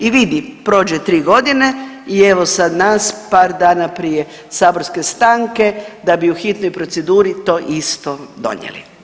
I vidi prođe 3.g. i evo sad nas par dana prije saborske stanke da bi u hitnoj proceduri to isto donijeli.